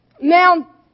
now